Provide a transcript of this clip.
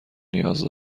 نیاز